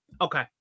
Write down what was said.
Okay